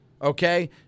Okay